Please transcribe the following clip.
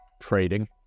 trading